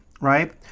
right